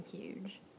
huge